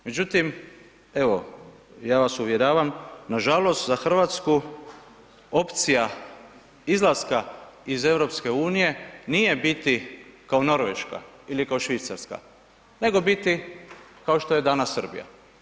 Međutim evo ja vas uvjeravam, nažalost za Hrvatsku opcija izlaska iz EU-a nije biti kao Norveška ili kao Švicarska nego biti kao što je danas Srbija.